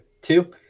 Two